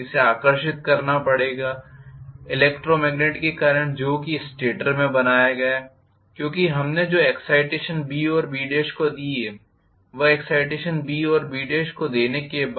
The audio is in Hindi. इसे आकर्षित करना पड़ेगा इलेक्ट्रोमैग्नेट के कारण जो कि स्टेटर में बनाया गया है क्योंकि हमने जो एक्साइटेशन B और B को दी है वह एक्साइटेशन अब B और B को देने के बाद